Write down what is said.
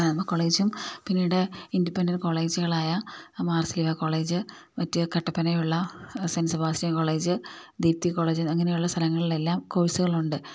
കോളേജും പിന്നീട് ഇൻഡിപ്പെൻഡൻറ്റ് കോളേജുകളായ മാർസിലിയ കോളേജ് മറ്റ് കട്ടപ്പനയിലുള്ള saint Sebastian college Deepthi college അങ്ങനെയുള്ള സ്ഥലങ്ങളിലെല്ലാം കോഴ്സുകളുണ്ട്